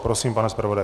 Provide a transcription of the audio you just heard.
Prosím, pane zpravodaji.